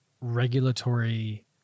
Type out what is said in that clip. regulatory